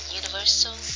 universal